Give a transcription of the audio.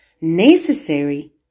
necessary